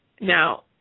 Now